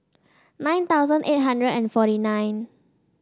nine thousand eight hundred and forty nine